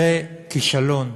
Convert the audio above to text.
זה כישלון.